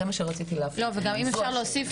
זה מה שרציתי להפנות אליהם, זו השאלה.